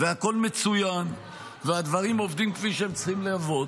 והכל מצוין והדברים עובדים כפי שהם צריכים לעבוד.